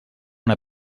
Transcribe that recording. una